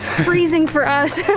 freezing for us. yeah,